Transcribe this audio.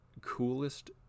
coolest